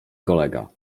kolega